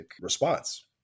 response